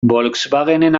volkswagenen